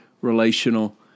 relational